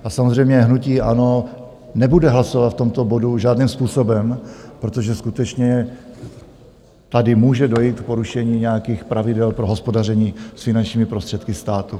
A samozřejmě hnutí ANO nebude hlasovat v tomto bodu žádným způsobem, protože skutečně tady může dojít k porušení nějakých pravidel pro hospodaření s finančními prostředky státu.